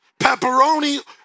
Pepperoni